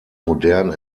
modern